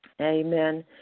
Amen